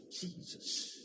Jesus